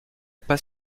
pas